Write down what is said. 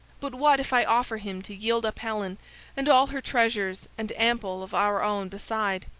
but what if i offer him to yield up helen and all her treasures and ample of our own beside?